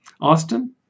Austin